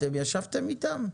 אתם ישבתם איתם?